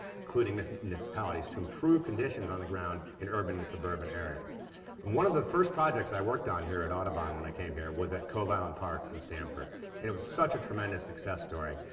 including municipalities, to improve conditions on the ground in urban and suburban areas. and one of the first projects i worked on here at audubon when i came here was at cove island park in stamford, and it was such a tremendous success story.